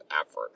effort